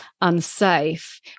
unsafe